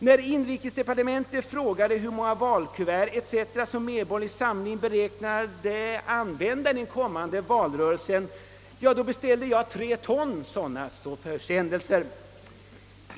När inrikesdepartementet frågade hur många valkuvert etc. Medborgerlig Samling beräknade använda, beställde jag tre ton dylika försändelser.